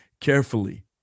carefully